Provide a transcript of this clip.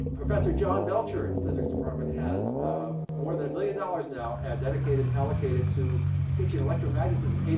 professor john belcher in the physics department has ah more than a million dollars now dedicated and allocated to teaching electromagnetism,